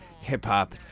hip-hop